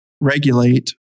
regulate